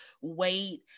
weight